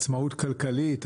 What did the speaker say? עצמאות כלכלית.